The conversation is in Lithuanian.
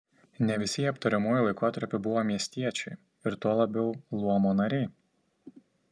ne visi jie aptariamuoju laikotarpiu buvo miestiečiai ir tuo labiau luomo nariai